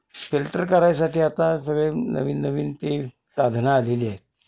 filter करायसाठी आता सगळे नवीन नवीन ते साधनं आलेली आहेत